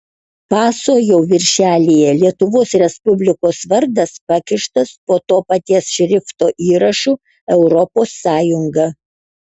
paso jau viršelyje lietuvos respublikos vardas pakištas po to paties šrifto įrašu europos sąjunga